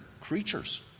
creatures